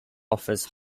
offers